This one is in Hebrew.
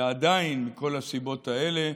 ועדיין, עם כל הסיבות האלה,